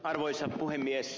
arvoisa puhemies